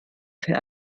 für